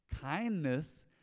kindness